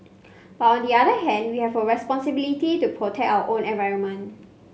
but on the other hand we have a responsibility to protect our own environment